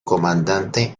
comandante